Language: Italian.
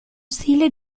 stile